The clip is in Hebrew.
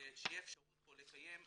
ושתהיה אפשרות לקיים פה